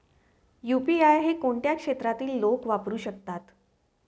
UPI हे कोणत्या क्षेत्रातील लोक वापरू शकतात?